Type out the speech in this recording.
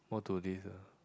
all to this ah